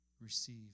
receive